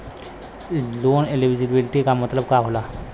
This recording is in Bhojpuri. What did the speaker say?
लोन एलिजिबिलिटी का मतलब का होला?